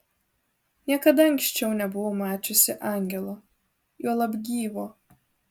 niekada anksčiau nebuvau mačiusi angelo juolab gyvo